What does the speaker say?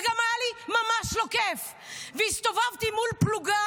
וגם היה לי ממש לא כיף והסתובבתי מול פלוגה